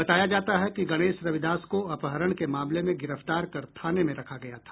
बताया जाता है कि गणेश रविदास को अपहरण के मामले में गिरफ्तार कर थाने में रखा गया था